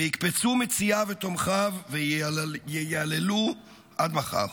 ויקפצו מציעיו ותומכיו וייללו עד מחר.